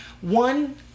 One